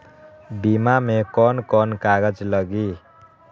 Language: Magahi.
बीमा में कौन कौन से कागज लगी?